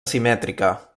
simètrica